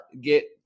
get